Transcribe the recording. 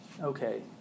Okay